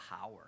power